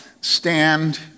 stand